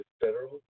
federal